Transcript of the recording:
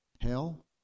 Hell